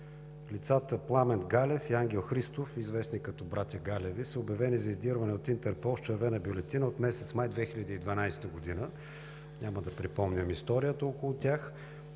Лицата Пламен Галев и Ангел Христов, известни като братя Галеви, са обявени за издирване от Интерпол с червена бюлетина от месец май 2012 г. Няма да припомням историята около тях.